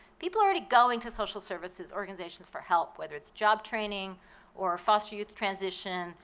people are already going to social services organizations for help whether it's job training or a foster youth transition,